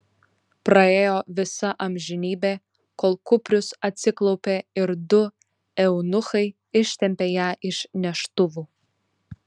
praėjo visa amžinybė kol kuprius atsiklaupė ir du eunuchai ištempė ją iš neštuvų